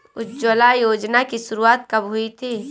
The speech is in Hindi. उज्ज्वला योजना की शुरुआत कब हुई थी?